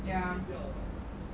ya